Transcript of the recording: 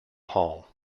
hall